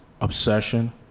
obsession